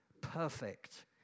perfect